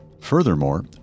Furthermore